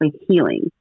healing